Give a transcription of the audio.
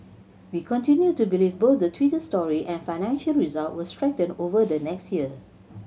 we continue to believe both the Twitter story and financial result will strengthen over the next year